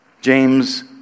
James